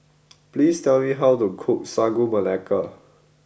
please tell me how to cook Sagu Melaka